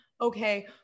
okay